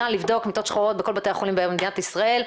נא לבדוק מיטות שחורות בכל בתי החולים במדינת ישראל.